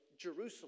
Jerusalem